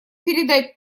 передать